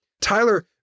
Tyler